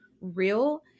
real